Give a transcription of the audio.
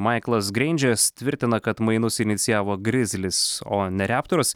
maiklas grindžis tvirtina kad mainus inicijavo grizlis o ne reptors